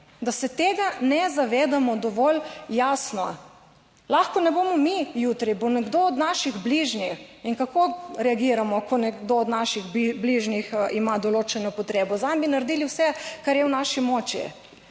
da se tega ne zavedamo dovolj jasno. Lahko ne bomo mi jutri, bo nekdo od naših bližnjih. In kako reagiramo, ko nekdo od naših bližnjih ima določeno potrebo? Zanj bi naredili vse, kar je v naši moči.